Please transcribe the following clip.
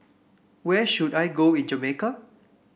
where should I go in Jamaica